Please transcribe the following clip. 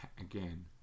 again